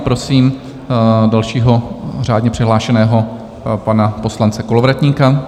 Prosím dalšího řádně přihlášeného pana poslance Kolovratníka.